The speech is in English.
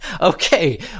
Okay